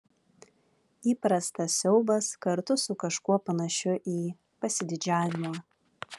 įprastas siaubas kartu su kažkuo panašiu į pasididžiavimą